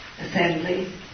assembly